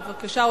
בבקשה,